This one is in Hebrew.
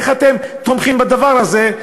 איך אתם תומכים בדבר הזה?